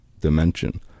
dimension